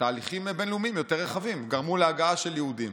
ותהליכים בין-לאומיים יותר רחבים גרמו להגעה של יהודים.